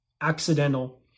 accidental